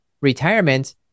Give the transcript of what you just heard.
retirement